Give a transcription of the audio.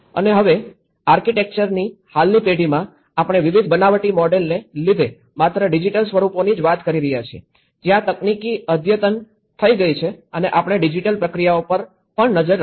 અને હવે આર્કિટેક્ચરની હાલની પેઢીમાં આપણે વિવિધ બનાવટી મોડેલોને લીધે માત્ર ડિજિટલ સ્વરૂપોની જ વાત કરી રહ્યા છીએ જ્યાં તકનીકી અદ્યતન થઈ ગઈ છે અને આપણે ડિજિટલ પ્રક્રિયાઓ પર પણ નજર રાખીએ છીએ